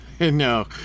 No